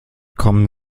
kommen